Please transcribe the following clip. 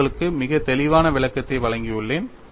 நான் உங்களுக்கு மிக தெளிவான விளக்கத்தை வழங்கியுள்ளேன்